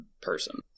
person